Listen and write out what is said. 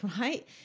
right